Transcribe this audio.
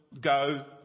go